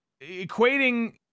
equating